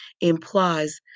implies